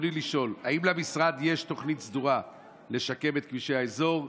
רצוני לשאול: 1. האם למשרד יש תוכנית סדורה לשקם את כבישי האזור?